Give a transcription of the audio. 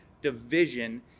division